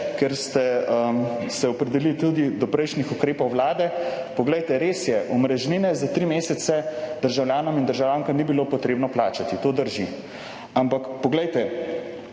ste se opredelil tudi do ukrepov prejšnje vlade, poglejte, res je, omrežnine za tri mesece državljanom in državljankam ni bilo potrebno plačati. To drži. Ampak poglejte,